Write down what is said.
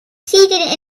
seated